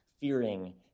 fearing